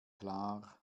klar